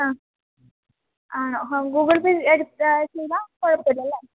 ആ ആണോ Google Pay എടുത്താൽ ചെയ്താൽ കുഴപ്പം ഇല്ലല്ലേ